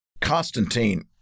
Constantine